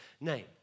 name